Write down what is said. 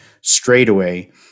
straightaway